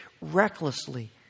recklessly